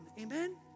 Amen